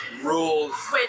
rules